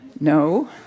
No